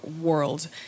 world